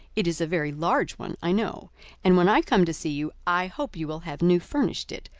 it is a very large one, i know and when i come to see you, i hope you will have new-furnished it,